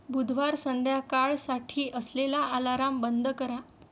बुधवार संध्याकाळसाठी असलेला आलाराम बंद करा